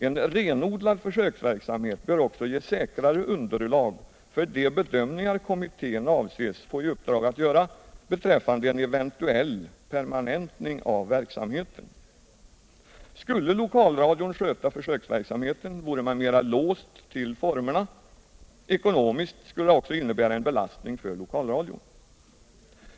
En renodlad försöksverksamhet bör också ge säkrare underlag för de bedömningar kommittén avses få i uppdrag att göra beträffande en eventuell permanentning av verksamheten. Skulle lokalradion sköta försöksverksamheten, vore man mer låst till formerna. Ekonomiskt skulle det också innebära en belastning för lokalradion.